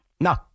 No